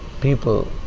people